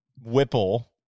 Whipple